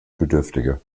bedürftige